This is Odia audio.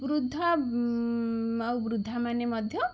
ବୃଦ୍ଧା ଆଉ ବୃଦ୍ଧାମାନେ ମଧ୍ୟ